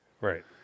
Right